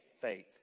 faith